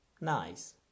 nice